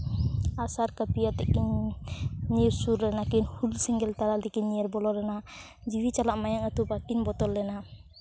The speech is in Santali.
ᱟᱜᱼᱥᱟᱨ ᱠᱟᱹᱯᱤᱭᱟᱛᱮᱜ ᱠᱤᱱ ᱧᱤᱨ ᱥᱩᱨ ᱞᱮᱱᱟᱠᱤᱱ ᱦᱩᱞ ᱥᱮᱸᱜᱮᱞ ᱛᱮᱠᱤᱱ ᱧᱤᱨ ᱵᱚᱞᱚ ᱞᱮᱱᱟ ᱡᱤᱣᱤ ᱪᱟᱞᱟᱜ ᱢᱟᱭᱟᱝ ᱟᱹᱛᱩ ᱵᱟᱹᱠᱤᱱ ᱵᱚᱛᱚᱨ ᱞᱮᱱᱟ